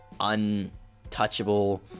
untouchable